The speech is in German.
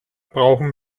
brauchen